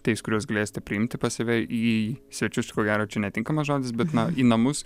tais kuriuos galėsite priimti pas save į svečius ko gero čia netinkamas žodis bet na į namus